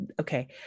Okay